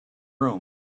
room